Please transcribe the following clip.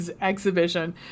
exhibition